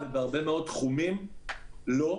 בהרבה מאוד תחומים לא.